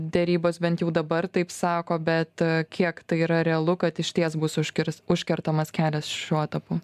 derybos bent jau dabar taip sako bet kiek tai yra realu kad išties bus užkirs užkertamas kelias šiuo etapu